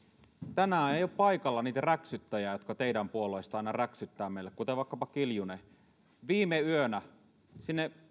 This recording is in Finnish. tänään ei ole paikalla niitä räksyttäjiä jotka teidän puolueestanne aina räksyttävät meille kuten vaikkapa kiljunen viime yönä melkein sinne